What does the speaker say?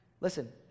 Listen